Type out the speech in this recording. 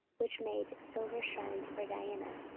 which made silver shrines for diana,